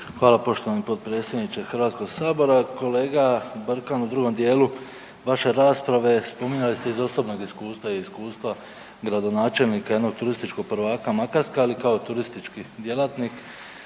Hvala poštovani potpredsjedniče HS-a, kolega Brkan. U drugom dijelu vaše rasprave spominjali ste iz osobnog iskustva i iskustva gradonačelnika jednog turističkog prvaka, Makarske, ali kao turistički djelatnik